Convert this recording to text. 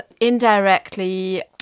indirectly